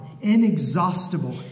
inexhaustible